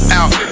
out